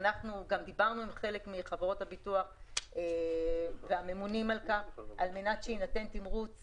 ואנחנו גם דיברנו עם חלק מחברות הביטוח והממונים על כך כדי שיינתן תמרוץ